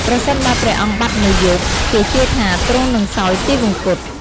ប្រសិនបើព្រះអង្គបាត់មួយយប់ គេជឿថាទ្រង់នឹងសោយទិវង្គត។